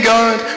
God